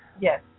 Yes